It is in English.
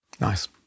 Nice